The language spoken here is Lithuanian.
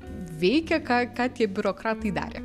veikia ką ką tie biurokratai darė